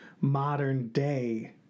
modern-day